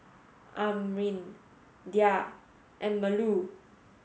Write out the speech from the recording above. Amrin Dhia and Melur